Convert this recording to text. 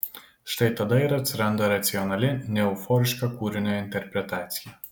štai tada ir atsiranda racionali neeuforiška kūrinio interpretacija